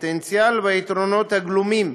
הפוטנציאל והיתרונות הגלומים